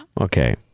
Okay